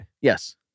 Yes